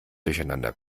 durcheinander